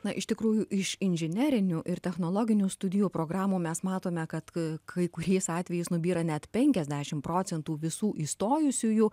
na iš tikrųjų iš inžinerinių ir technologinių studijų programų mes matome kad kai kuriais atvejais nubyra net penkiasdešim procentų visų įstojusiųjų